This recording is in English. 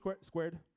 squared